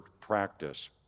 practice